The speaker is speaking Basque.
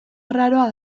arraroa